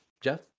Jeff